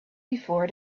before